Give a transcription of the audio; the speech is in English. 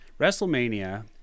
WrestleMania